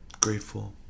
Grateful